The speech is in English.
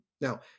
Now